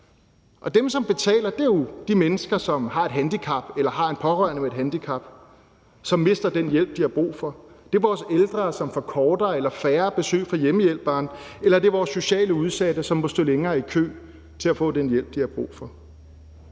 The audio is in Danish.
dem, som betaler, er jo de mennesker, som har et handicap eller har en pårørende med et handicap, og som mister den hjælp, de har brug for. Det er vores ældre, som får kortere eller færre besøg fra hjemmehjælperen, eller det er vores socialt udsatte, som må stå længere i kø for at få den hjælp, de har brug for.